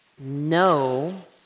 No